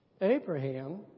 Abraham